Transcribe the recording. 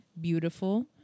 beautiful